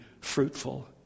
fruitful